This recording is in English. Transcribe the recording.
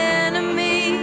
enemy